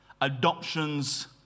adoptions